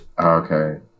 Okay